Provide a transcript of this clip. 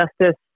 justice